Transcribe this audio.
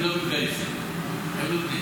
הם לא מתגייסים, הם לומדים.